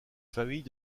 famille